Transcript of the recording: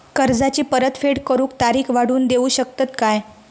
कर्जाची परत फेड करूक तारीख वाढवून देऊ शकतत काय?